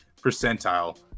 percentile